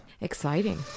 exciting